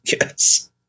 Yes